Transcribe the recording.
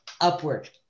upward